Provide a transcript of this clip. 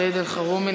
סעיד אלחרומי,